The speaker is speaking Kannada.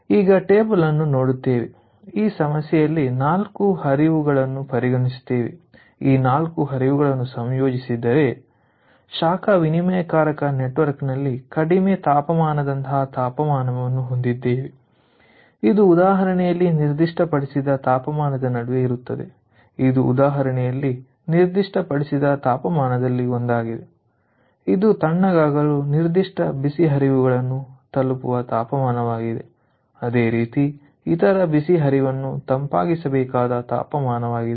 ಈಗ ಟೇಬಲ್ ಅನ್ನು ನೋಡುತ್ತೇವೆ ಈ ಸಮಸ್ಯೆಯಲ್ಲಿ ನಾಲ್ಕು ಹರಿವುಗಳನ್ನು ಪರಿಗಣಿಸುತ್ತೇವೆ ಈ ನಾಲ್ಕು ಹರಿವುಗಳನ್ನು ಸಂಯೋಜಿಸಿದ್ದರೆ ಶಾಖ ವಿನಿಮಯಕಾರಕ ನೆಟ್ವರ್ಕ್ನಲ್ಲಿ ಕಡಿಮೆ ತಾಪಮಾನದಂತಹ ತಾಪಮಾನವನ್ನು ಹೊಂದಿದ್ದೇವೆ ಇದು ಉದಾಹರಣೆಯಲ್ಲಿ ನಿರ್ದಿಷ್ಟಪಡಿಸಿದ ತಾಪಮಾನದ ನಡುವೆ ಇರುತ್ತದೆ ಇದು ಉದಾಹರಣೆಯಲ್ಲಿ ನಿರ್ದಿಷ್ಟಪಡಿಸಿದ ತಾಪಮಾನದಲ್ಲಿ ಒಂದಾಗಿದೆ ಇದು ತಣ್ಣಗಾಗಲು ನಿರ್ದಿಷ್ಟ ಬಿಸಿ ಹರಿವುಗಳನ್ನು ತಲುಪುವ ತಾಪಮಾನವಾಗಿದೆ ಅದೇ ರೀತಿ ಇತರ ಬಿಸಿ ಹರಿವನ್ನು ತಂಪಾಗಿಸಬೇಕಾದ ತಾಪಮಾನವಾಗಿದೆ